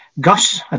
Gus